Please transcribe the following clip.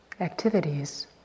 activities